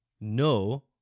No